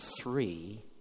three